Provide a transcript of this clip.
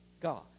God